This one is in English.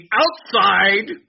outside